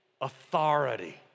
authority